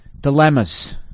Dilemmas